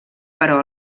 però